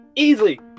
easily